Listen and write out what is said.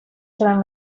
seran